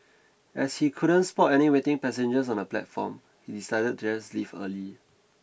as he couldn't spot any waiting passengers on the platform he decided to just leave early